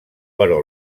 però